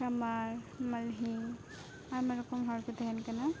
ᱠᱟᱢᱟᱨ ᱢᱟᱞᱦᱤ ᱟᱭᱢᱟ ᱨᱚᱠᱚᱢ ᱦᱚᱲᱠᱚ ᱛᱮᱦᱮᱱ ᱠᱟᱱᱟ